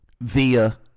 via